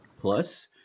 plus